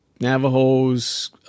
Navajos